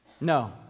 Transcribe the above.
No